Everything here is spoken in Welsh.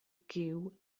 gyw